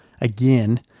again